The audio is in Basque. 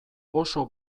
oso